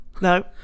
No